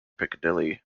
piccadilly